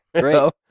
Great